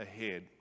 ahead